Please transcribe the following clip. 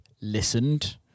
listened